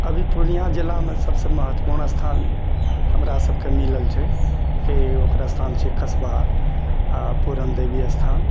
अभी पूर्णिया जिलामे सभसँ महत्वपूर्ण स्थान हमरा सभके मिलल छै कि ओकर स्थान छै कसबा आ पूरणदेवी स्थान